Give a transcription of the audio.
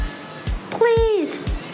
please